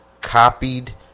copied